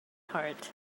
heart